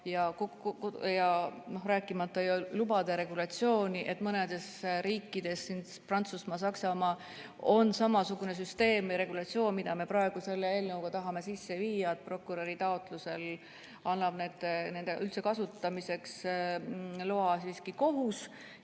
rääkimata lubade regulatsioonist. Mõnes riigis, näiteks Prantsusmaal ja Saksamaal, on juba samasugune süsteem ja regulatsioon, mida me praegu selle eelnõuga tahame sisse viia, et prokuröri taotlusel annab nende kasutamiseks loa siiski kohus.